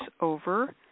over